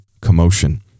commotion